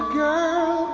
girl